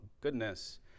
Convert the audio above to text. goodness